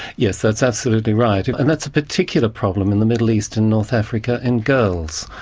yes, that's absolutely right and that's a particular problem in the middle east and north africa in girls.